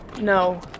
no